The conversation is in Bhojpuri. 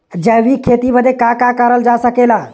जैविक खेती बदे का का करल जा सकेला?